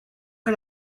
que